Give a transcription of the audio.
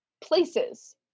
places